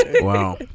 Wow